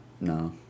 no